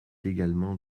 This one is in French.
également